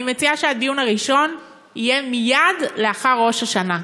אני מציעה שהדיון הראשון יהיה מייד לאחר ראש השנה.